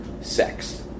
sex